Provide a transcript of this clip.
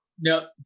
No